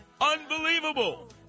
Unbelievable